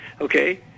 Okay